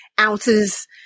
ounces